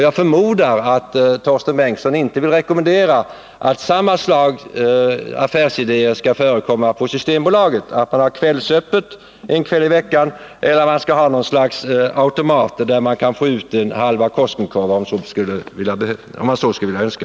Jag förmodar att Torsten Bengtson inte vill rekommendera att samma slags affärsidéer skall förekomma på Systembolaget med kvällsöppet en kväll i veckan eller något slags automater där man kan få ut en halva Koskenkorva, om man så skulle önska.